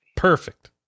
Perfect